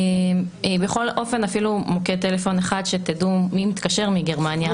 בכל אופן אפילו מוקד טלפון אחד שתדעו מי מתקשר מגרמניה,